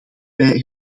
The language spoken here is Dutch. bij